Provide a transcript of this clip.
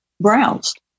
browsed